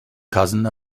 cousin